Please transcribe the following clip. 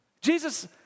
Jesus